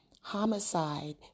homicide